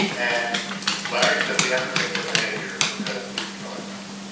and larry said we have to change our behavior because it's killing us